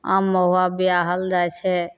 आम महुआ बिआहल जाइ छै